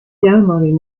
downloading